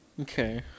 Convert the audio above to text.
Okay